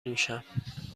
نوشم